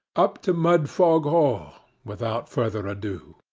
up to mudfog hall, without further ado.